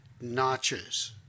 notches